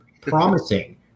promising